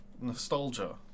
nostalgia